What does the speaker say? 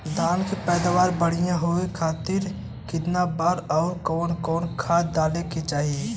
धान के पैदावार बढ़िया होखे खाती कितना बार अउर कवन कवन खाद डाले के चाही?